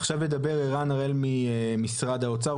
עכשיו ידבר ערן הראל ממשרד האוצר,